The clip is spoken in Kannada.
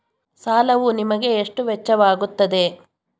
ಸಾಲವು ನಿಮಗೆ ಎಷ್ಟು ವೆಚ್ಚವಾಗುತ್ತದೆ?